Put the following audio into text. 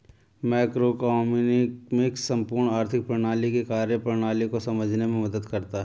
macroeconomics संपूर्ण आर्थिक प्रणाली की कार्यप्रणाली को समझने में मदद करता है